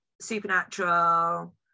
Supernatural